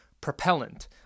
propellant